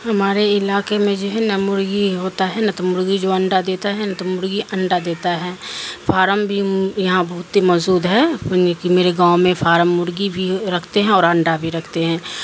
ہمارے علاقے میں جو ہے نہ مرغی ہوتا ہے نہ تو مرغی جو انڈا دیتا ہے نہ تو مرغی انڈا دیتا ہے فارم بھی یہاں بہت ہی موزود ہے کہ میرے گاؤں میں فارم مرغی بھی رکھتے ہیں اور انڈا بھی رکھتے ہیں